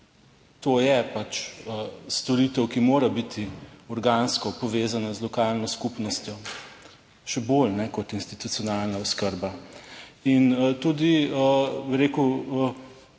To je pač storitev, ki mora biti organsko povezana z lokalno skupnostjo, še bolj kot institucionalna oskrba in tudi bi rekel,